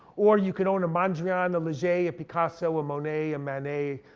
or you can own a mondrian, a lejay, a picasso, a monet, a manet,